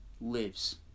lives